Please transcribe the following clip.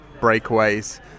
breakaways